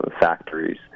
factories